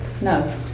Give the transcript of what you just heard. No